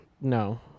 no